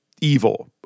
evil